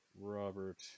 Robert